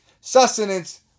sustenance